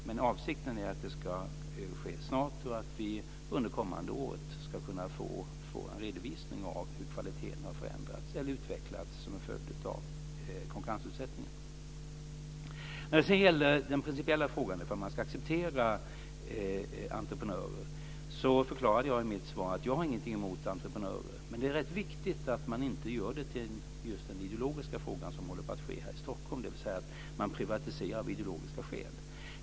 Men avsikten är att det ska ske snart och att vi under det kommande året ska kunna få en redovisning av hur kvaliteten har förändrats eller utvecklats som en följd av konkurrensutsättningen. När det sedan gäller den principiella frågan, om man ska acceptera entreprenörer, förklarade jag i mitt svar att jag inte har någonting emot entreprenörer. Men det är rätt viktigt att man inte gör det till just den ideologiska fråga som det håller på att bli här i Stockholm, dvs. att man privatiserar av ideologiska skäl.